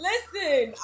Listen